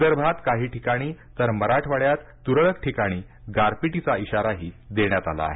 विदर्भात काही ठिकाणी तर मराठवाड्यात तुरळक ठिकाणी गारपिटीचा इशाराही देण्यात आला आहे